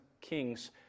Kings